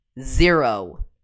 zero